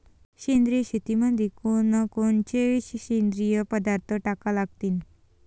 सेंद्रिय शेतीमंदी कोनकोनचे सेंद्रिय पदार्थ टाका लागतीन?